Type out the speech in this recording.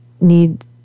need